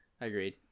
Agreed